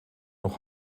nog